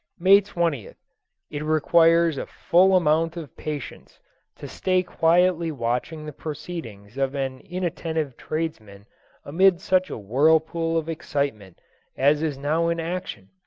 may twentieth it requires a full amount of patience to stay quietly watching the proceedings of an inattentive tradesman amid such a whirlpool of excitement as is now in action.